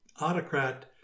autocrat